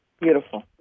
Beautiful